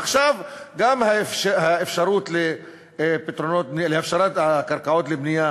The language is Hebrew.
עכשיו גם האפשרות להפשרת הקרקעות לבנייה